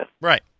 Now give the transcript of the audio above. Right